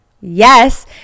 yes